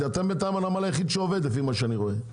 אתם הנמל היחיד שעובד, לפי מה שאני רואה.